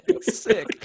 sick